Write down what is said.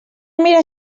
mirar